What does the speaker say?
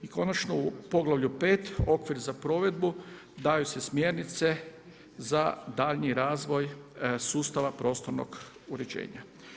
I konačno u poglavlju 5 okvir za provedbu daju se smjernice za daljnji razvoj sustava prostornog uređenja.